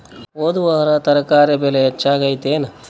ಹೊದ ವಾರ ತರಕಾರಿ ಬೆಲೆ ಹೆಚ್ಚಾಗಿತ್ತೇನ?